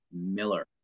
Miller